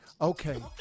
Okay